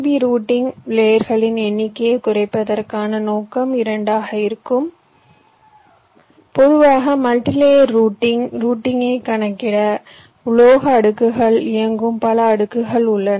B routing லேயர்களின் எண்ணிக்கையைக் குறைப்பதற்கான நோக்கம் 2 ஆக இருக்கும் பொதுவாக மல்டிலேயர் ரூட்டிங் ரூட்டிங்கை கணக்கிட உலோக அடுக்குகள் இயங்கும் பல அடுக்குகள் உள்ளன